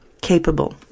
capable